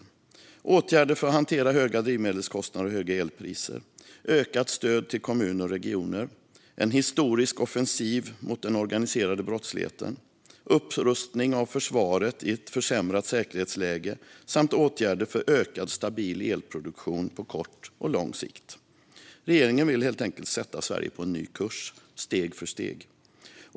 Det är åtgärder för att hantera höga drivmedelskostnader och höga elpriser, ökat stöd till kommuner och regioner, en historisk offensiv mot den organiserade brottsligheten, upprustning av försvaret i ett försämrat säkerhetsläge samt åtgärder för ökad stabil elproduktion på kort och lång sikt. Regeringen vill sätta Sverige på en ny kurs, steg för steg.